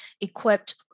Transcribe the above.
equipped